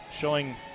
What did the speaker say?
showing